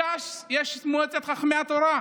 בש"ס יש מועצת חכמי התורה,